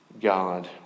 God